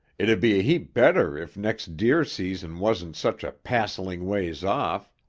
it'd be a heap better if next deer season wasn't such a passeling ways off.